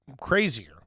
crazier